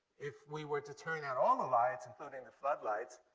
if we were to turn out all the lights, including the floodlights,